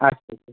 আচ্ছা আচ্ছা